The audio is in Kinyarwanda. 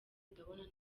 ndabona